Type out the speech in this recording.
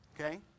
okay